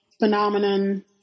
phenomenon